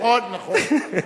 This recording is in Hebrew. נכון,